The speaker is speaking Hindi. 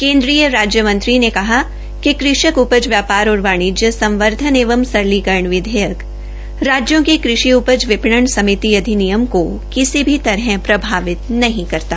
केन्द्रीय राज्य मंत्री ने कहा कि कृषक उपज व्यापार वाणिज्य संवर्धन एवं सरलीकरण विधेयक राजयों के कृषि उपज विपणन समिति अधिनियम को किसी तरह प्रभावित नहीं करता